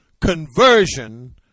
conversion